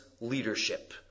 leadership